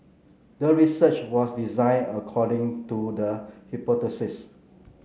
the research was designed according to the hypothesis